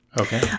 okay